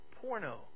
porno